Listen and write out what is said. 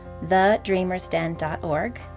TheDreamersDen.org